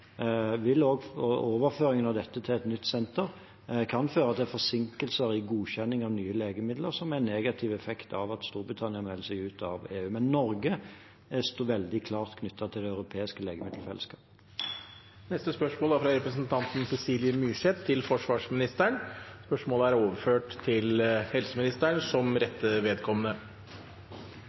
forsinkelser i godkjenningen av nye legemidler, som er en negativ effekt av at Storbritannia melder seg ut av EU. Men Norge er veldig klart knyttet til det europeiske legemiddelfellesskapet. Dette spørsmålet er utsatt til neste spørretime, da statsråden er bortreist. Dette spørsmålet, fra representanten Cecilie Myrseth til forsvarsministeren, er overført til helseministeren som rette vedkommende.